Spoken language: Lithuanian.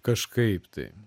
kažkaip tai